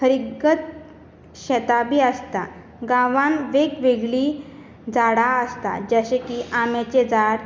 हरीकत शेतां बी आसता गांवांत वेगवेगळी झाडां आसता जशें की आंब्याचें झाड